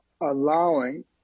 allowing